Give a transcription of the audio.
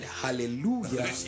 hallelujah